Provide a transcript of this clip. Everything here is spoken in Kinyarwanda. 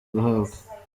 guhabwa